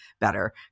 better